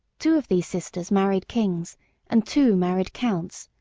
two of these sisters married kings and two married counts,